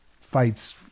fights